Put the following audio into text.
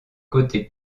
côté